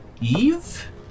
Eve